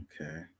Okay